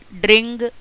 drink